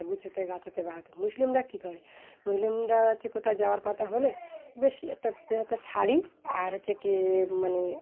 গুছোতে গাছাতে বেড়াতে মুসলিমরা কী করে মুসলিমরা হচ্ছে কোথায় যাওয়ার কথা হলে বেশি একটা একটা শাড়ি আর হচ্ছে গিয়ে মানে